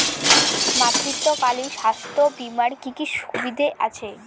মাতৃত্বকালীন স্বাস্থ্য বীমার কি কি সুবিধে আছে?